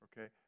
okay